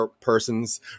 persons